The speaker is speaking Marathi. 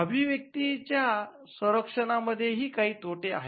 अभिव्यक्तीच्या संरक्षणा मध्ये ही काही तोटे आहेत